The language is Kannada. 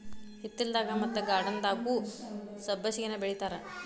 ಹಿತ್ತಲದಾಗ ಮತ್ತ ಗಾರ್ಡನ್ದಾಗುನೂ ಸಬ್ಬಸಿಗೆನಾ ಬೆಳಿತಾರ